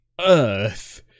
earth